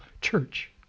church